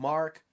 Mark